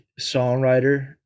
songwriter